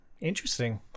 Interesting